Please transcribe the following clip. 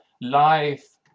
life